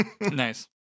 Nice